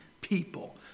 people